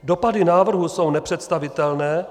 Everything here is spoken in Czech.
Dopady návrhů jsou nepředstavitelné.